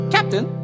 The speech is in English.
Captain